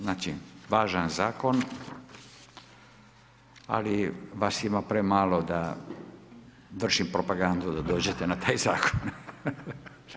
Znači važan zakon, ali vas ima premalo, da vršim propagandu da dođete na taj zakon.